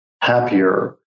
happier